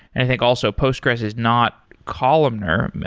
i think also, postgressql is not columnar.